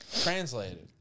translated